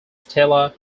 stella